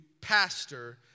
pastor